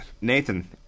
Nathan